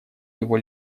его